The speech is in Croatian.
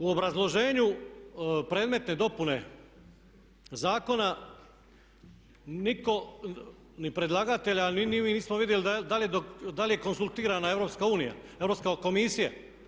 U obrazloženju predmetne dopune zakona nitko, ni predlagatelj ali ni mi, nismo vidjeli da li je konzultirana Europska komisija.